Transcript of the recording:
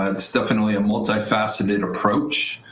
ah it's definitely a multifaceted approach.